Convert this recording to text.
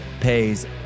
pays